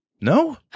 No